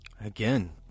Again